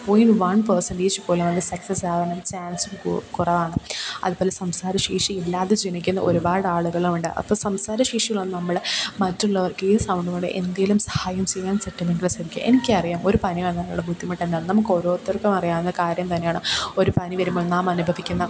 point one percentage പോലുമത് സക്സസ്സാവാനുള്ള chance കുറവ് കുറവാണ് അതുപോലെ സംസാരശേഷിയില്ലാതെ ജനിക്കുന്ന ഒരുപാടാളുകളുമുണ്ട് അപ്പോൾ സംസാരശേഷിയുള്ള നമ്മൾ മറ്റുള്ളവർക്കീ സൗണ്ട് കൊണ്ട് എന്തേലും സഹായം ചെയ്യാൻ പറ്റുമെങ്കിൽ ശ്രമിക്കുക എനിക്കറിയാം ഒരു പനിവന്നാലുള്ള ബുദ്ധിമുട്ടെന്താന്ന് നമുക്കോരോത്തർക്കും അറിയാവുന്ന കാര്യം തന്നെയാണ് ഒരു പനിവരുമ്പോൾ നാം അനുഭവിക്കുന്ന